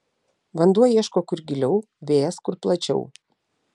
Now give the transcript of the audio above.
vanduo ieško kur giliau vėjas kur plačiau